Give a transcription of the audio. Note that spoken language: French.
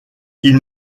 ils